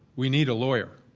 we need a lawyer.